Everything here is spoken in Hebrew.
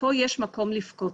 "..פה יש מקום לבכות..".